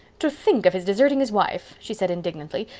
to think of his deserting his wife! she said indignantly.